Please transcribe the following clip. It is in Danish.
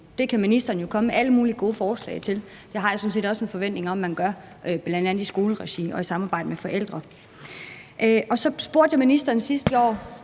Det kan ministeren jo komme med alle mulige gode forslag til, og det har jeg sådan set også en forventning om at man gør bl.a. i skoleregi og i samarbejde med forældre. Så spurgte jeg ministeren sidste år,